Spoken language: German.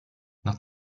nach